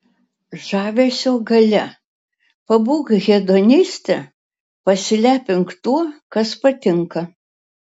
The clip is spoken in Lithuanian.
žavesio galia pabūk hedoniste pasilepink tuo kas patinka